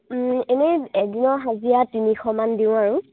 এনেই এদিনৰ হাজিৰা তিনিশমান দিওঁ আৰু